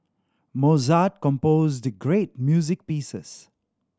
Mozart composed great music pieces